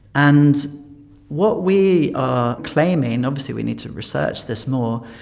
and what we are claiming, obviously we need to research this more,